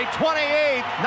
28